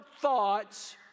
thoughts